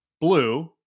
blue